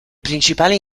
principali